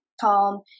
calm